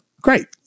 Great